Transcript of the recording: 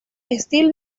still